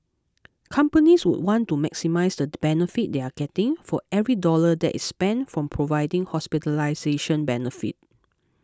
companies would want to maximise the benefit they are getting for every dollar that is spent from providing hospitalisation benefit